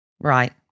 Right